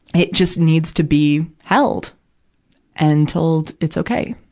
it just needs to be held and told it's okay.